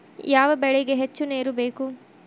ಯಾವ ಬೆಳಿಗೆ ಹೆಚ್ಚು ನೇರು ಬೇಕು?